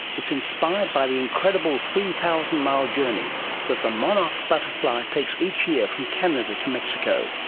it's inspired by the incredible three thousand mile journey that the monarch butterfly takes each year from canada to mexico,